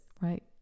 right